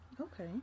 Okay